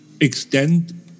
extend